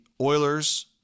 Oilers